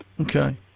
Okay